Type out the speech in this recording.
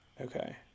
okay